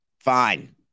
Fine